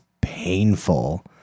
painful